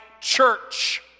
church